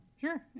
Sure